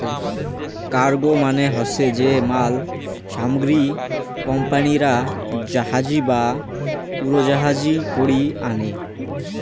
cargo মানে হসে যে মাল সামগ্রী কোম্পানিরা জাহাজী বা উড়োজাহাজী করি আনি